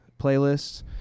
playlists